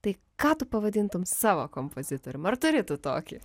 tai ką tu pavadintum savo kompozitorium ar turi tu tokį